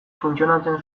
funtzionatzen